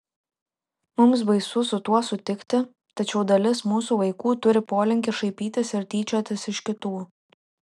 mums baisu su tuo sutikti tačiau dalis mūsų vaikų turi polinkį šaipytis ir tyčiotis iš kitų